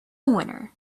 winner